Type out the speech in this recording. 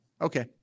Okay